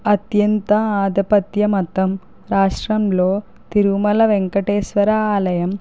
అత్యంత ఆధిపత్య మతం రాష్ట్రంలో తిరుమల వెంకటేశ్వర ఆలయం